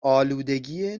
آلودگی